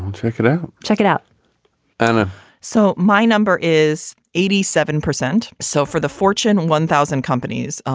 um check it out. check it out and ah so my number is eighty seven percent. so for the fortune one thousand companies,